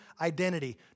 identity